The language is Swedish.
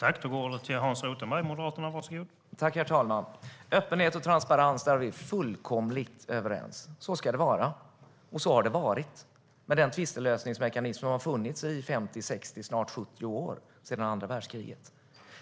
Herr talman! När det gäller öppenhet och transparens är vi fullkomligt överens. Så ska det vara, och så har det varit med den tvistlösningsmekanism som har funnits i 50-60, snart 70, år - sedan andra världskriget.